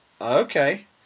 okay